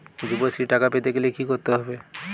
যুবশ্রীর টাকা পেতে গেলে কি করতে হবে?